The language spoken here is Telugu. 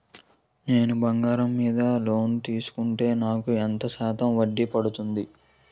నేను బంగారం మీద లోన్ తీసుకుంటే నాకు ఎంత శాతం వడ్డీ పడుతుంది?